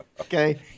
Okay